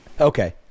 Okay